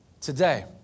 today